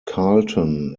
carleton